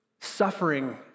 suffering